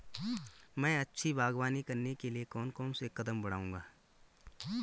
मैं अच्छी बागवानी करने के लिए कौन कौन से कदम बढ़ाऊंगा?